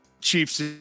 chiefs